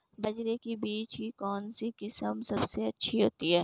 बाजरे के बीज की कौनसी किस्म सबसे अच्छी होती है?